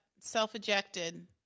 self-ejected